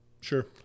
Sure